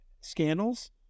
scandals